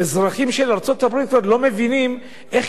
אזרחים של ארצות-הברית עוד לא מבינים איך